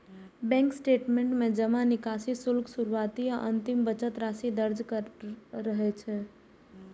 bank statement में जमा, निकासी, शुल्क, शुरुआती आ अंतिम बचत राशि दर्ज रहै छै